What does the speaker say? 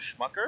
Schmucker